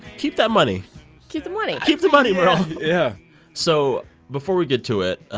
keep that money keep the money keep the money, merle yeah so before we get to it,